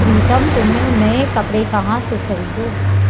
प्रितम तुमने नए कपड़े कहां से खरीदें?